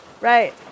Right